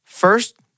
First